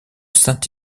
saint